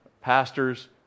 pastors